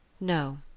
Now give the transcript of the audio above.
No